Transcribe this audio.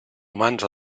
humans